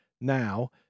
now